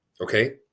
Okay